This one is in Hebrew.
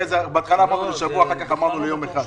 הרי בהתחלה אמרנו לשבוע, אחר כך אמרנו ליום אחד.